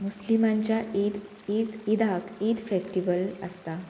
मुस्लिमांच्या ईद ईद ईदाक ईद फेस्टिवल आसता